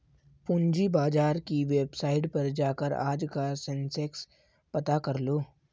पूंजी बाजार की वेबसाईट पर जाकर आज का सेंसेक्स पता करलो